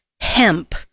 hemp